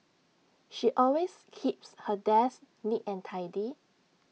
she always keeps her desk neat and tidy